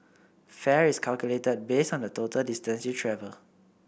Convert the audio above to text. fare is calculated based on the total distance you travel